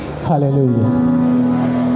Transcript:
hallelujah